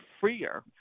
freer